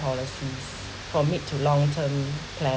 policy for mid to long term planning